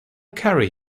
carry